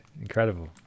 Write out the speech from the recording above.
incredible